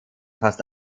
fast